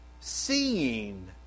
seeing